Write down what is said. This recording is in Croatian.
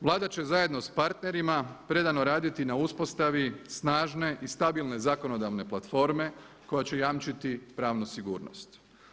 Vlada će zajedno sa partnerima predano raditi na uspostavi snažne i stabilne zakonodavne platforme koja će jamčiti pravnu sigurnost.